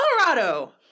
Colorado